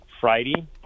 Friday